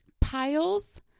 Piles